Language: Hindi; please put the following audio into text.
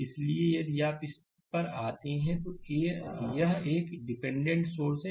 इसलिए यदि आप इस पर आते हैं तो यह एक डिपेंडेंट सोर्स है